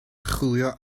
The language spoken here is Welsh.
chwilio